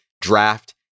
draft